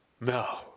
No